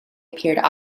appeared